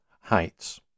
heights